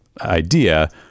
idea